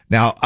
Now